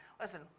Listen